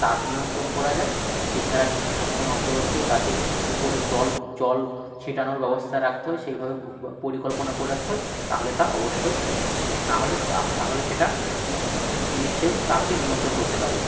তাপ নিয়ন্ত্রণ করা যায় এছাড়া নিদিষ্ট সময় অন্তর অন্তর তাতে উপরের জল জল ছেটানোর ব্যবস্থা রাখতে হয় সেইভাবে পরিকল্পনা করে রাখতে হয় তা হলে তা অবশ্যই না হলে তাহলে সেটা গ্রীষ্মের তাপকে নিয়ন্ত্রণ করতে পারবে